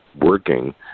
working